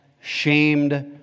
shamed